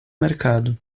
mercado